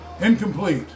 Incomplete